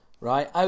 right